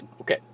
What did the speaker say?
Okay